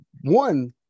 one